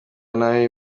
nabi